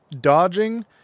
Dodging